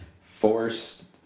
forced